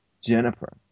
Jennifer